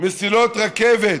מסילות רכבת.